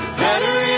better